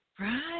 Right